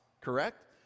correct